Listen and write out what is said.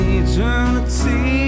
eternity